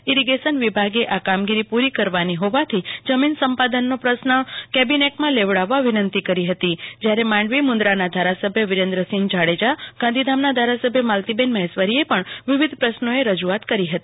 irrigation વિભાગે આ કામગીરી પુરી કરવાની હોવાથી જમીન સંપાદનનો પ્રશ્ન કેબિનેટમાં લેવડાવવા વિનંતી કરી હતી જયારે માંડવી મુન્દ્રાના ધારાસભ્ય વિરેન્દ્રસિંહ જાડેજા ગાંધીધામના ધારાસભ્ય માલતીબેન મહેશ્વરીએ પણ વિવિધ પ્રશ્નોની રજુઆત કરી હતી